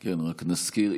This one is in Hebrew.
כן רק נזכיר,